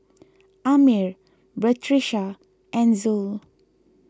Ammir Batrisya and Zul